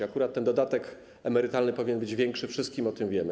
Akurat ten dodatek emerytalny powinien być większy - wszyscy o tym wiemy.